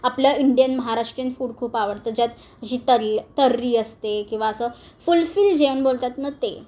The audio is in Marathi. आपलं इंडियन महाराष्ट्रीयन फूड खूप आवडतं ज्यात अशी तरी तर्री असते किंवा असं फुलफील जेवण बोलतात नं ते